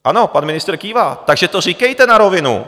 Ano, pan ministr kývá, takže to říkejte na rovinu!